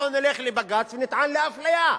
אנחנו נלך לבג"ץ ונטען לאפליה.